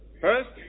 First